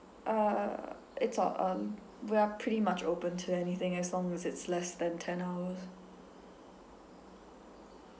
uh it's all um we're pretty much open to anything as long as it's less than ten hours